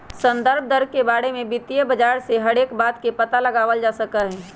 संदर्भ दर के बारे में वित्तीय बाजार से हर एक बात के पता लगावल जा सका हई